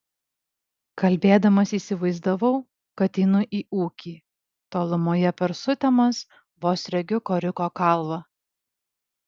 kalbėdamas įsivaizdavau kad einu į ūkį tolumoje per sutemas vos regiu koriko kalvą